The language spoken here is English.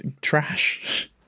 Trash